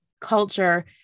culture